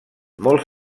molt